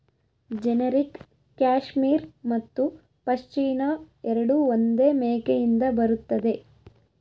generic cashmere ಮತ್ತು ಪಶ್ಮಿನಾ ಎರಡೂ ಒಂದೇ ಮೇಕೆಯಿಂದ ಬರುತ್ತದೆ